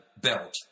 belt